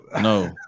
no